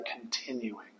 continuing